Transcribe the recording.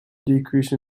decrease